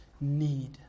need